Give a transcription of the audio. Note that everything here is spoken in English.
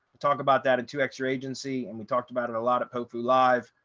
we'll talk about that and to extra agency and we talked about it a lot of kofu live.